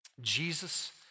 Jesus